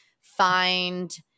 find